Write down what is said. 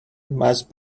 must